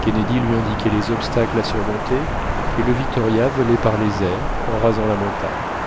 kennedy lui indiquait les obstacles à surmonter et le victoria volait par les airs en rasant la montagne